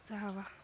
ᱥᱟᱦᱟᱣᱟ